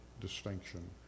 distinction